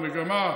המגמה,